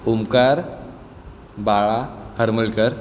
Omkar Bala Haramalkar